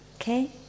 okay